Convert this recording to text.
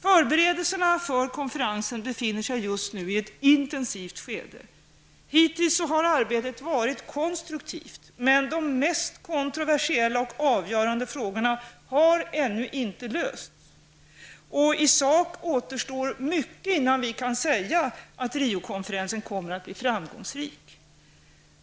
Förberedelserna för konferesen befinner sig just nu i ett intensivt skede. Hittills har arbetet varit konstruktivt, men de mest kontroversiella och avgörande frågorna har ännu inte lösts. Det återstår mycket i sak innan vi kan säga att Riokonferensen kommer att bli frramgångsrik.